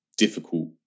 difficult